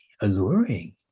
alluring